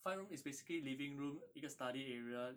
five room is basically living room 一个 study area